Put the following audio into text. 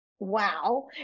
Wow